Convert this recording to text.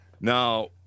Now